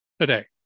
today